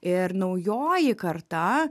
ir naujoji karta